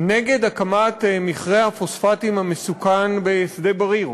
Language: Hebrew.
נגד הקמת מכרה הפוספטים המסוכן בשדה-בריר,